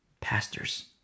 Pastors